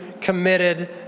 committed